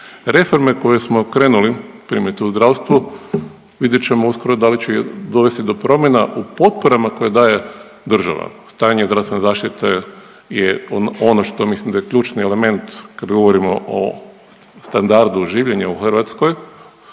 Reforme koje smo krenuli primjerice u zdravstvu vidjet ćemo uskoro da li će dovesti do promjena u potporama koje daje država. Stanje zdravstvene zaštite je ono što mislim da je ključni element kad govorimo o standardu življenja u Hrvatskoj